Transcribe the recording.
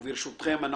וברשותכם,